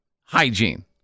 hygiene